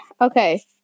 Okay